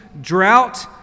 drought